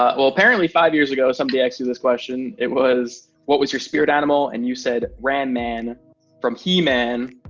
ah well, apparently, five years ago, somebody asked you this question, it was, what was your spirit animal? and you said, ram-man from he-man.